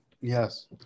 Yes